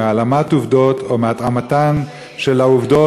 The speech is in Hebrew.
מהעלמת עובדות או מהתאמתן של העובדות